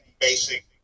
basic